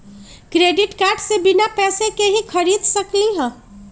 Credit card से बिना पैसे के ही खरीद सकली ह?